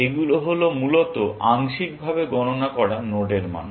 এগুলি হল মূলত আংশিকভাবে গণনা করা নোডের মান